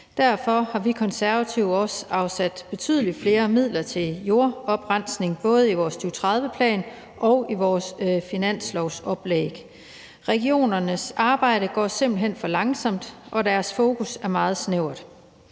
Derfor har vi Konservative også afsat betydelig flere midler til jordoprensning, både i vores 2030-plan og i vores finanslovsoplæg. Regionernes arbejde går simpelt hen for langsomt, og deres fokus er meget snævert.